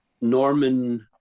Norman